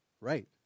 Right